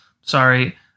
sorry